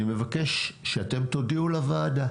אני מבקש שאתם תודיעו לוועדה